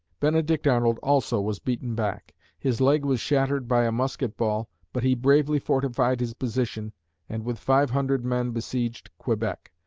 benedict arnold also was beaten back his leg was shattered by a musket ball, but he bravely fortified his position and with five hundred men besieged quebec.